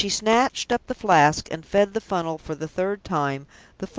as she snatched up the flask, and fed the funnel for the third time,